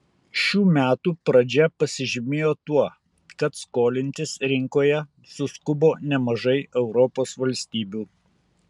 šių metų pradžia pasižymėjo tuo kad skolintis rinkoje suskubo nemažai europos valstybių